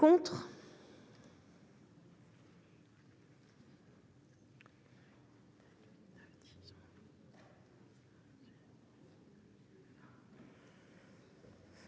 ...